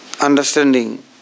understanding